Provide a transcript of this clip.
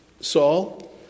Saul